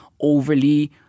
overly